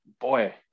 boy